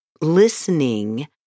listening